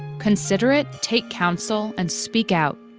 consider it, take counsel, and speak out.